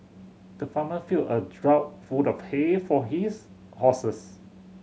the farmer filled a trough full of hay for his horses